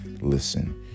Listen